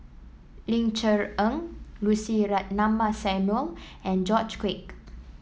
Ling Cher Eng Lucy Ratnammah Samuel and George Quek